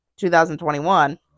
2021